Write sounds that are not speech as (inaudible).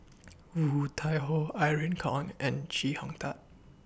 (noise) Woon Tai Ho Irene Khong and Chee Hong Tat